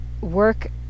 work